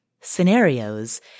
scenarios